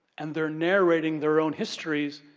and, they're narrating their own histories,